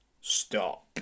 stop